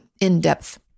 in-depth